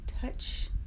touch